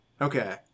Okay